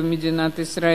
במדינת ישראל,